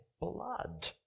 blood